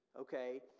Okay